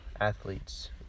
athletes